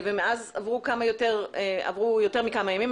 מאז עברו יותר מכמה ימים.